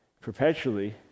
perpetually